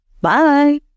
Bye